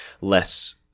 less